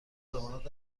ضمانت